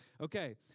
Okay